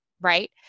right